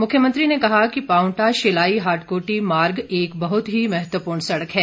मुख्यमंत्री ने कहा कि पावंटा शिलाई हाटकोटी मार्ग एक बहुत ही महत्वपूर्ण सड़क है